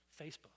facebook